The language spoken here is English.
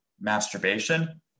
masturbation